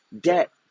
Debt